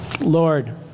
Lord